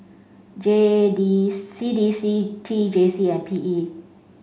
J D C D C T J C and P E